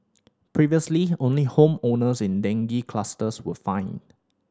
previously only home owners in dengue clusters were fined